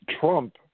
Trump